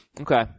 Okay